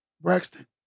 Braxton